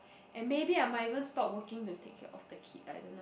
and maybe I might even stop working to take care of the kid I don't know